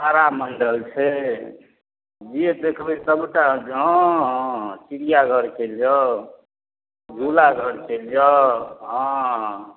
तारामण्डल छै जे देखबै सबटा हँ हँ चिड़ियाँघर चलि जाउ झूला घर चलि जाउ हँ